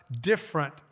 different